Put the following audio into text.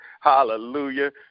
Hallelujah